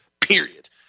period